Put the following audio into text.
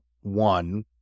one